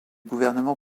gouvernement